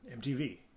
MTV